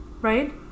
Right